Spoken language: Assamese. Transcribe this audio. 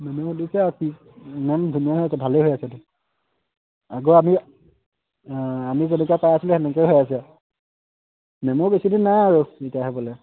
মেম ইমান ধুনীয়া হৈ আছে ভালেই হৈ আছে আগৰ আমি আমি যেনেকৈ পাই আছিলোঁ সেনেকুৱাই হৈ আছে মেমৰো বেছি দিন নাই আৰু ৰিটাই হ'বলৈ